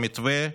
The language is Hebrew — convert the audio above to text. המתווה גדל,